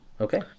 Okay